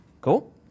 Cool